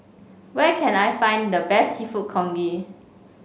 where can I find the best seafood congee